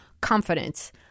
confidence